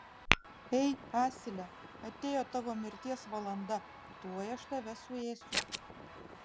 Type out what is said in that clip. ei asile atėjo tavo mirties valanda tuoj aš tave suėsiu